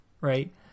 right